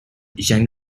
jiang